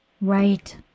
right